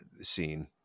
scene